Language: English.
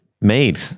made